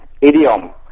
idiom